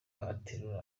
aterura